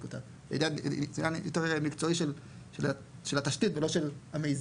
זה עניין יותר מקצועי של התשתית ולא של המיזם.